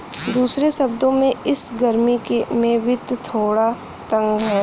दूसरे शब्दों में, इस गर्मी में वित्त थोड़ा तंग है